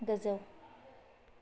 गोजौ